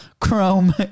chrome